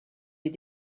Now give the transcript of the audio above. les